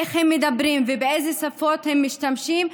איך הם מדברים ובאיזה שפות הם משתמשים,